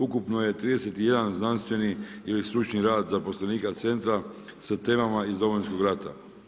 Ukupno je 31 znanstveni ili stručni rad zaposlenika centra sa temama iz Domovinskog rata.